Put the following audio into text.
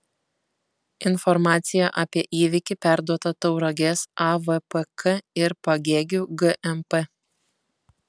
informacija apie įvykį perduota tauragės avpk ir pagėgių gmp